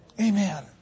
Amen